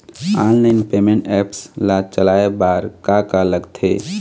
Online payment apps ला चलाए बार का का लगथे?